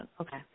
okay